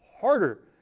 harder